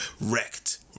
wrecked